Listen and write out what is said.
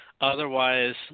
otherwise